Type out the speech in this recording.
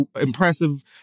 impressive